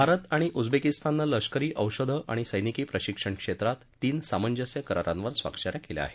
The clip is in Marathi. भारत आणि उझवेकिस्ताननं लष्करी औषध आणि सैनिकी प्रशिक्षण क्षेत्रात तीन सामंजस्य करारांवर स्वाक्ष या केल्या आहेत